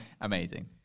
amazing